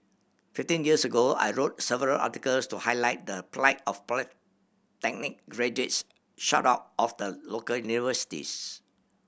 fifteen years ago I wrote several articles to highlight the plight of polytechnic graduates shut out of the local universities